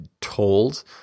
told